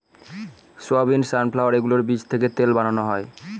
soybean, sunflower এগুলোর বীজ থেকে তেল বানানো হয়